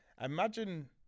Imagine